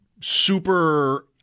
super